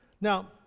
Now